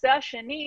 הנושא השני.